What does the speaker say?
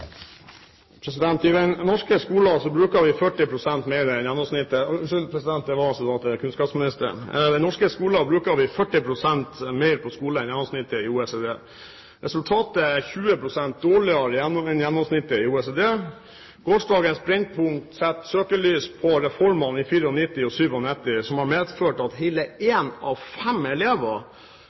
kunnskapsministeren. I den norske skolen bruker vi 40 pst. mer på skole enn gjennomsnittet i OECD. Resultatet er 20 pst. dårligere enn gjennomsnittet i OECD. Gårsdagens Brennpunkt satte søkelyset på reformene i 1994 og 1997, som har medført at hele én av fem elever